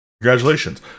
Congratulations